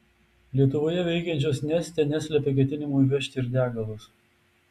lietuvoje veikiančios neste neslepia ketinimų įvežti ir degalus